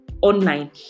online